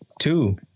Two